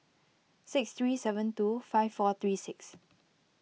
six three seven two five four three six